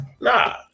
nah